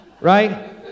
Right